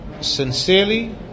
sincerely